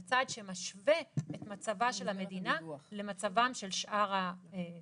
זה צעד שמשווה את מצבה של המדינה למצבם של שאר הגורמים.